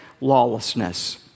lawlessness